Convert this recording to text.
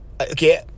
okay